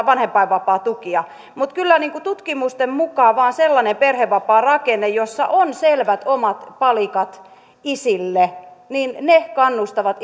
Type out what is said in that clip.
vanhempainvapaatukia kyllä tutkimusten mukaan vain sellainen perhevapaarakenne jossa on selvät omat palikat isille kannustaa